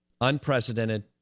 Unprecedented